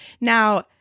Now